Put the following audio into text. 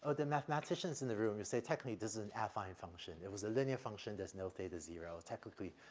but the mathematicians in the room, you'll say technically this is an affine function. it was a linear function, there's no theta zero, ah technically,